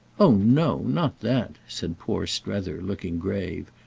oh no not that, said poor strether, looking grave.